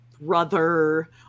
brother